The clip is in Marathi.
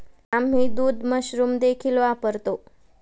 आम्ही दूध मशरूम देखील वापरतो